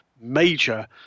major